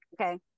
Okay